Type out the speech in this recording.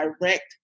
direct